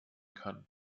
kann